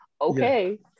Okay